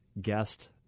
guest